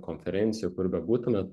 konferencijo kur bebūtumėt